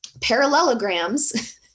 parallelograms